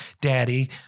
Daddy